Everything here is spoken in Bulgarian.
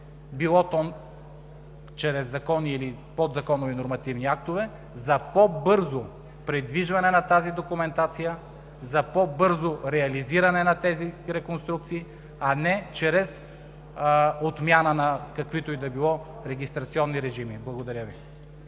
било то чрез закон или подзаконови нормативни актове, за по-бързо придвижване на тази документация, за по-бързо реализиране на тези реконструкции, а не чрез отмяна на каквито и да е било регистрационни режими. Благодаря Ви.